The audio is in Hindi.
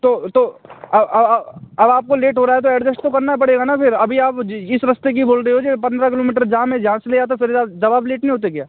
तो तो अब आपको लेट हो रहा है तो एडजेस्ट तो करना पड़ेगा ना फिर अभी आप इस रस्ते की बोल रहे हो जे पन्द्रह किलोमीटर जाम है यहाँ से ले जाता फिर जब आप लेट नहीं होते क्या